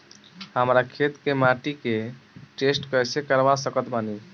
हमरा खेत के माटी के टेस्ट कैसे करवा सकत बानी?